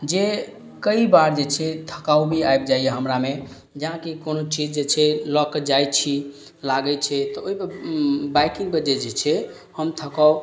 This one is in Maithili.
जे कई बार जे छै थकाउ भी आबि जाइए हमरामे जेनाकि कोनो चीज जे छै लअ कऽ जाइ छी लागय छै तऽ ओइपर बाइकिंग वजह जे छै हम थकाउ